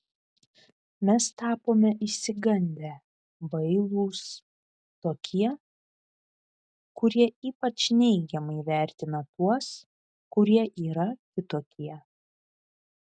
mes tapome išsigandę bailūs tokie kurie ypač neigiamai vertina tuos kurie yra kitokie